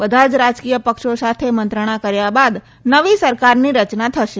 બધા જ રાજકીય પક્ષો સાથે મંત્રણા કર્યા બાદ નવી સરકારની રચના કરાશે